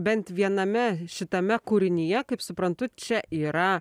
bent viename šitame kūrinyje kaip suprantu čia yra